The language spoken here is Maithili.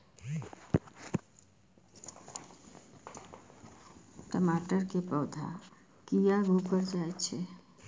टमाटर के पौधा किया घुकर जायछे?